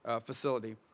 facility